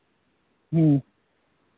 हूँ